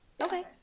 Okay